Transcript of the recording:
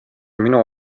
minu